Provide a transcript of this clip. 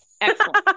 Excellent